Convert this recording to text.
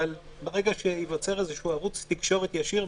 אבל ברגע שייווצר איזה ערוץ תקשורת ישיר,